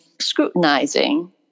scrutinizing